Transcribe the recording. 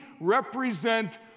represent